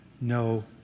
no